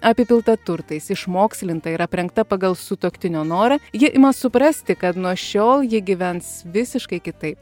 apipilta turtais išmokslinta ir aprengta pagal sutuoktinio norą ji ima suprasti kad nuo šiol ji gyvens visiškai kitai